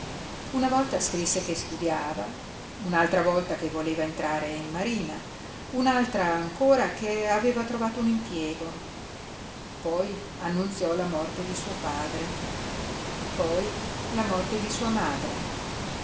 una volta scrisse che studiava un'altra volta che voleva entrare in marina un'altra ancora che aveva trovato un impiego poi annunziò la morte di suo padre poi la morte di sua madre